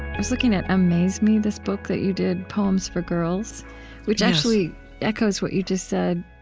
i was looking at a maze me, this book that you did poems for girls which actually echoes what you just said.